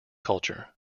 culture